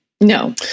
No